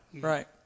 Right